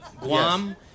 Guam